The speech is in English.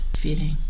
feeling